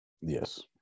yes